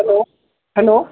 hello hello